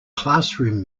classroom